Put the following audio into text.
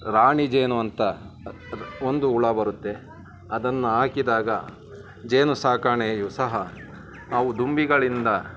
ರಾಣಿ ಜೇನು ಅಂತ ಒಂದು ಹುಳ ಬರುತ್ತೆ ಅದನ್ನು ಹಾಕಿದಾಗ ಜೇನು ಸಾಕಾಣೆಯು ಸಹ ನಾವು ದುಂಬಿಗಳಿಂದ